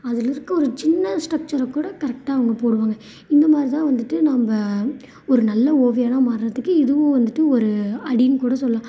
அதில் இருக்க ஒரு சின்ன ஸ்டக்ச்சரை கூட கரெக்டாக அவங்க போடுவாங்க இந்த மாதிரி தான் வந்துவிட்டு நம்ப ஒரு நல்ல ஓவியனாக மாறுறதுக்கு இதுவும் வந்துவிட்டு ஒரு அடின்னு கூட சொல்லாம்